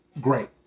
Great